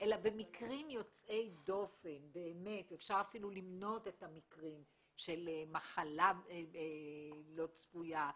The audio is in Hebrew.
במקרים יוצאי דופן ואפשר אפילו למנות את המקרים של מחלה לא צפויה,